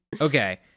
okay